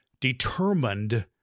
determined